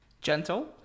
Gentle